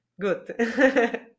Good